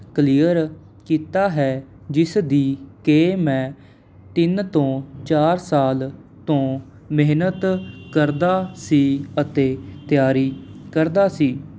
clear ਕੀਤਾ ਹੈ ਜਿਸ ਦੀ ਕਿ ਮੈਂ ਤਿੰਨ ਤੋਂ ਚਾਰ ਸਾਲ ਤੋਂ ਮਿਹਨਤ ਕਰਦਾ ਸੀ ਅਤੇ ਤਿਆਰੀ ਕਰਦਾ ਸੀ